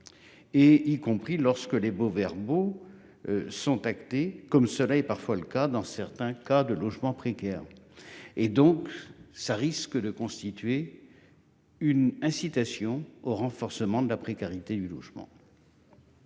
Et y compris lorsque les beaux verbaux. Sont actées, comme cela est parfois le cas dans certains cas de logement précaire et donc ça risque de constituer. Une incitation au renforcement de la précarité du logement.